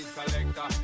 Collector